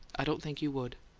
i don't think you would.